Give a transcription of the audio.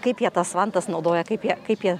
kaip jie tas vantas naudoja kaip jie kaip jie